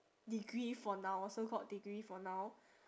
degree for now so called degree for now